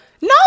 No